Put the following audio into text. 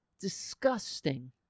Disgusting